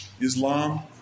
Islam